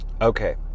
okay